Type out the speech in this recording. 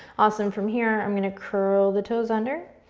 awesome, from here i'm going to curl the toes under,